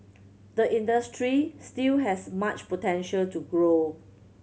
the industry still has much potential to grow